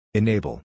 Enable